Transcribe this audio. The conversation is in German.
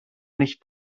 nicht